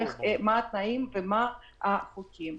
באילו תנאים ובאילו חוקים.